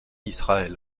israël